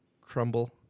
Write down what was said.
crumble